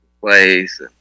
place